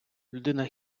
людина